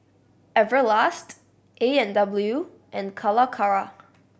Everlast A and W and Calacara